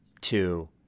two